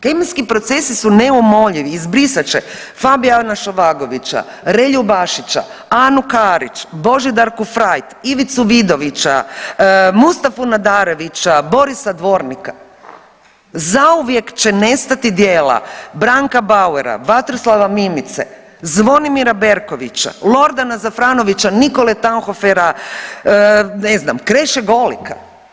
Kemijski procesi su neumoljivi izbrisat će Fabijana Šovagovića, RElju Bašića, Anu Karić, Božidarku Frajt, Ivicu Vidovića, Mustafu Nadarevića, Borisa Dvornika zauvijek će nestati djela Branka Bauera, Vatroslava Mimice, Zvonimira Berkovića, Lordana Zafranovića, Nikole Tanhofera, ne znam Kreše Golika.